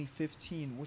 2015